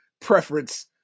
preference